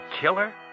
killer